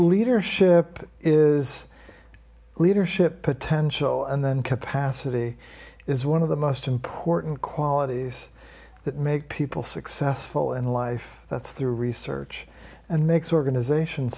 leadership is leadership potential and then capacity is one of the most important qualities that make people successful in life that's the research and makes organization